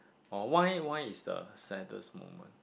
oh why why is the saddest moment